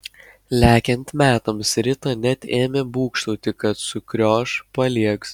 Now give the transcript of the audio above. lekiant metams rita net ėmė būgštauti kad sukrioš paliegs